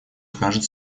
скажет